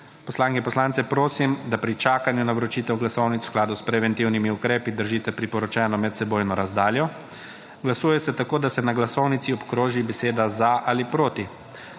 Poslanke in poslance prosim, da pri čakanju na vročitev glasovnic v skladu s preventivnimi ukrepi držite priporočeno medsebojno razdaljo. Glasuje se tako, da se na glasovnici obkroži beseda za ali proti.